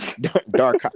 dark